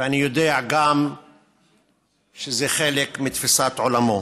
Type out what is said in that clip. ואני יודע גם שזה חלק מתפיסת עולמו.